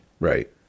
Right